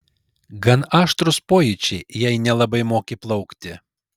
gan aštrūs pojūčiai jei nelabai moki plaukti